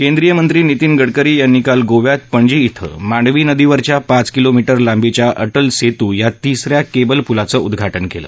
केंद्रीय मंत्री नितिन गडकरी यांनी काल गोव्यात पणजी इथं मांडवी नदीवरच्या पाच किलोमीटर लांबीच्या अटल सेतू या तिसऱ्या केबल पुलाचे उदघाटन केलं